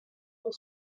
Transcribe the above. pour